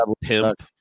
pimp